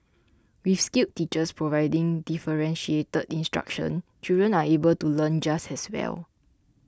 with skilled teachers providing differentiated instruction children are able to learn just as well